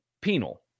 penal